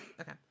Okay